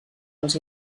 els